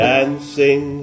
Dancing